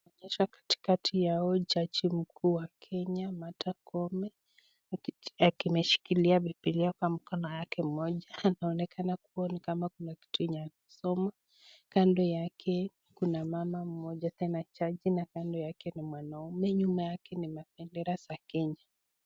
Picha katikati yao jaji mkuu wa Kenya Martha Koome, ameshikilia bibilia kwa mkono yake mmoja. Anaonekana kua ni kama kuna kitu yenye anasoma. Kando yake kuna mama mmoja tena jaji na kando yake ni mwanaume, nyuma yake ni ma bendera za Kenya.